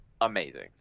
amazing